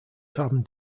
carbon